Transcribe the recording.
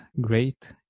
great